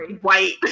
white